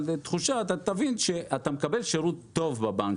תחושה אתה תבין שאתה מקבל שירות טוב בבנק,